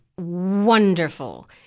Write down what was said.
wonderful